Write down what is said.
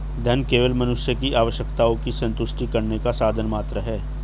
धन केवल मनुष्य की आवश्यकताओं की संतुष्टि करने का साधन मात्र है